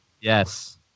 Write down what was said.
yes